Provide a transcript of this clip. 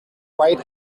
white